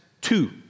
two